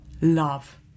Love